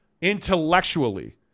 intellectually